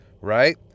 right